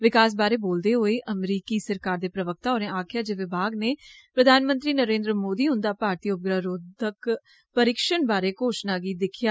विकास बारै बोलदे होई अमरीका दी सरकार दे प्रवक्ता होरे आक्खेआ जे विभाग ने प्रधानमंत्री नरेन्द्र मोदी उन्दा भारतीय उपग्रह रोधी परिक्षण बारै घोशणा गी दिक्खेआ